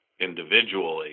individually